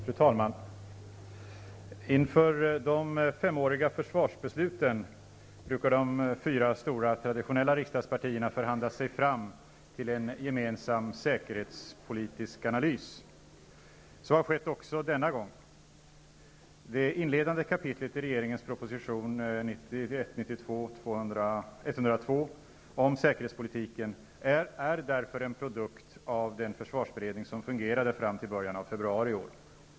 Fru talman! Inför de femåriga försvarsbesluten brukar de fyra stora traditionella riksdagspartierna förhandla sig fram till en gemensam säkerhetspolitisk analys. Så har skett också denna gång. Det inledande kapitlet i regeringens proposition 1991/92:102 om säkerhetspolitiken är därför en produkt av den försvarsberedning som fungerade fram till början av februari i år.